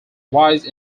rise